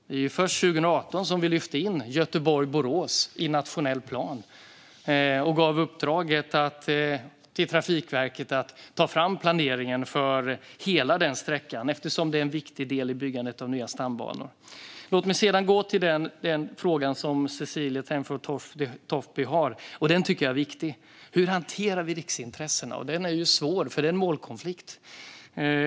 Det var först 2018 som vi lyfte in Göteborg-Borås i nationell plan och gav uppdraget till Trafikverket att ta fram planeringen för hela den sträckan eftersom det är en viktig del i byggandet av nya stambanor. Låt mig sedan gå till den fråga som Cecilie Tenfjord Toftby har. Den tycker jag är viktig. Hur hanterar vi riksintressena? Den frågan är svår, för det är en målkonflikt.